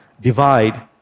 divide